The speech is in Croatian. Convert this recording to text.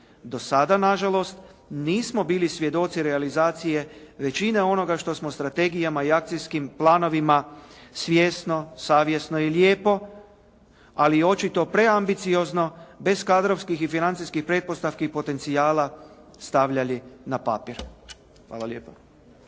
Do sada na žalost, nismo bili svjedoci realizacije većine onoga što smo strategijama i akcijskim planovima svjesno, savjesno i lijepo, ali očito preambiciozno bez kadrovskih i financijskih pretpostavki i potencijala stavljali na papir. Hvala lijepa.